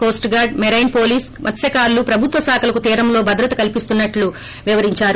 Coast guard marine police మత్స్కారులు ప్రభుత్వ శాఖలకు తీరంలో భద్రత కల్పిస్తున్నట్లు వివరిందారు